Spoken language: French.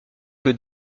que